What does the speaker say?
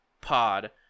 pod